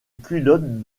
culotte